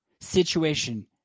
situation